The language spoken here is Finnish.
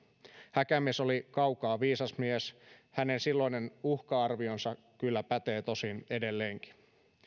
häkämies oli kaukaa viisas mies hänen silloinen uhka arvionsa kyllä pätee tosin edelleenkin